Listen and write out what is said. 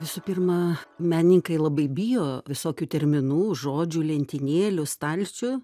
visų pirma menininkai labai bijo visokių terminų žodžių lentynėlių stalčių